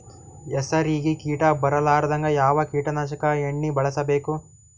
ಹೆಸರಿಗಿ ಕೀಟ ಬರಲಾರದಂಗ ಯಾವ ಕೀಟನಾಶಕ ಎಣ್ಣಿಬಳಸಬೇಕು?